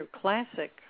classic